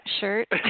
shirt